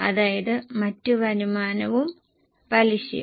അതായത് മറ്റ് വരുമാനവും പലിശയും